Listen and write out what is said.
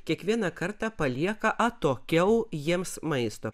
kiekvieną kartą palieka atokiau jiems maisto